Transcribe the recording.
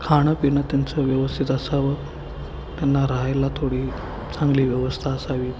खाणंपिणं त्यांचं व्यवस्थित असावं त्यांना राहायला थोडी चांगली व्यवस्था असावी